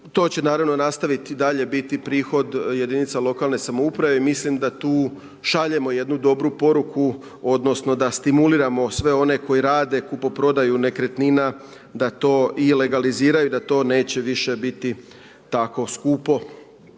To će naravno nastaviti dalje biti prihod jedinica lokalne samouprave i mislim da tu šaljemo jednu dobru poruku, odnosno da stimuliramo sve one koji rade kupoprodaju nekretnina da to i legaliziraju, da to neće više biti tako skupo.